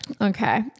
Okay